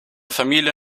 familie